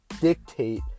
dictate